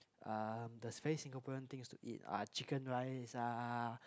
uh the very Singaporean things to eat are chicken rice ah